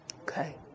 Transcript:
Okay